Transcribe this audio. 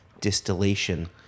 distillation